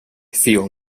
feel